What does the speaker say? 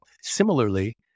Similarly